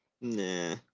nah